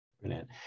Brilliant